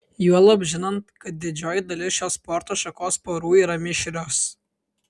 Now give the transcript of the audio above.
juolab žinant kad didžioji dalis šios sporto šakos porų yra mišrios